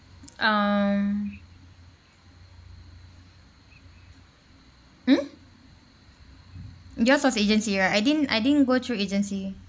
um mm yours was agency right I didn't I didn't go through agency